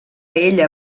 ella